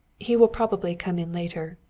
he will probably come in later.